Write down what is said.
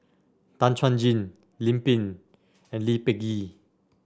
Tan Chuan Jin Lim Pin and Lee Peh Gee